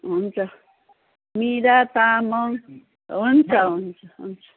हुन्छ मिरा तामाङ हुन्छ हुन्छ हुन्छ